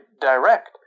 direct